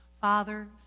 Father